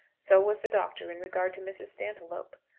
so was the doctor in regard to mrs. stantiloup.